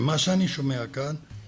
מה שאני שומע כאן זה